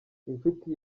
inshuti